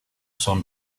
son